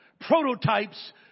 prototypes